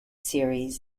series